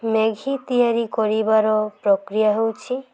Maggi ତିଆରି କରିବାର ପ୍ରକ୍ରିୟା ହେଉଛି